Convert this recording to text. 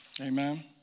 Amen